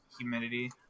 humidity